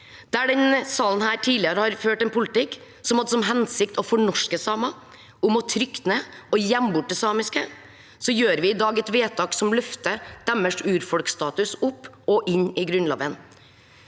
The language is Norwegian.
tidligere har ført en politikk som hadde til hensikt å fornorske samer, trykke ned og gjemme bort det samiske, gjør vi i dag et vedtak som løfter deres urfolksstatus opp og inn i Grunnloven.